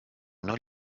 non